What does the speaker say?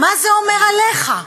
מה זה אומר עליך?